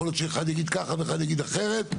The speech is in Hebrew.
יכול להיות שאחד יגיד ככה ואחד יגיד אחרת,